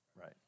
right